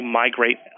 migrate